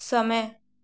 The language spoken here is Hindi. समय